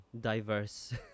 diverse